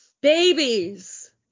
babies